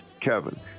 Kevin